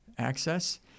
access